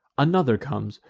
another comes,